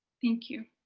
thank you.